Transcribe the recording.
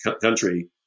country